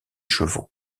chevaux